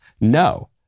No